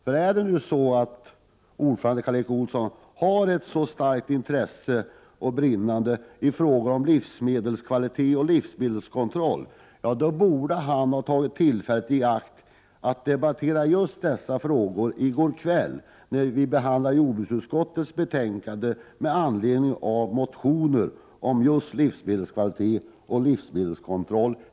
Om nu utskottets ordförande Karl Erik Olsson har ett så starkt och brinnande intresse i frågor om livskvalitet och livsmedelskontroll, borde han ha tagit tillfället i akt att debattera dessa frågor i kammaren i går kväll, när vi behandlade jordbruksutskottets betänkande med anledning av motioner om just livsmedelskvalitet och livsmedelskontroll.